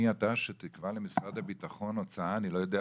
מי אתה שתקבע למשרד הביטחון הוצאה - אני לא יודע